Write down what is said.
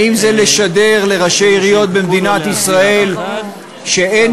האם זה לשדר לראשי עיריות במדינת ישראל שאין